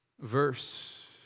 verse